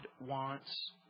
wants